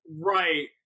Right